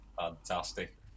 Fantastic